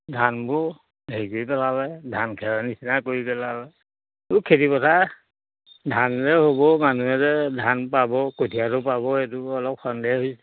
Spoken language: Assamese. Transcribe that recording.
ধানবোৰ হেৰি কৰি পেলালে ধান খেৰৰ নিচিনা কৰি পেলালে খেতিপথাৰ ধানেৰে হ'ব মানুহেৰে ধান পাব কঠিয়াটো পাব সেইটো অলপ সন্দেহ হৈ